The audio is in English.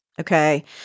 Okay